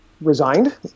resigned